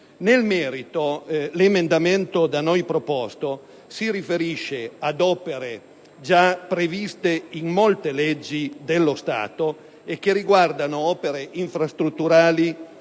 Nel merito, l'emendamento 3.0.7 si riferisce ad opere già previste in molte leggi dello Stato e che riguardano interventi infrastrutturali